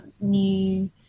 new